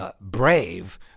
Brave